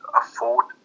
afford